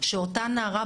שאותה נערה,